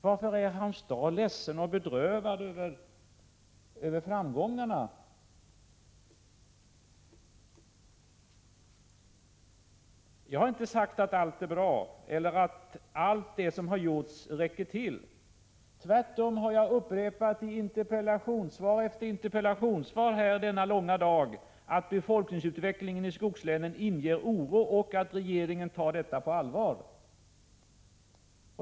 Varför är Hans Dau ledsen och bedrövad över framgångarna? Jag har inte sagt att allt är bra eller att allt det som har gjorts räcker till. Tvärtom har jag denna långa dag upprepat i interpellationssvar efter interpellationssvar att befolkningsutvecklingen i skogslänen inger oro och att regeringen tar detta på allvar.